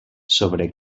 sobre